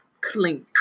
Clink